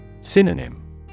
Synonym